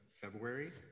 February